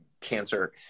cancer